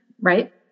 right